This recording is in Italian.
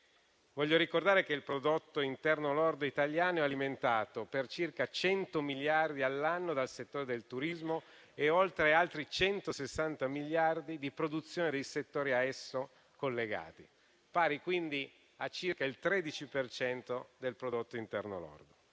Voglio ricordare che il prodotto interno lordo italiano è alimentato per circa 100 miliardi l'anno dal settore del turismo, oltre ad altri 160 miliardi di produzione dei settori a esso collegati, pari quindi a circa il 13 per cento del prodotto interno lordo.